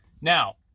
Now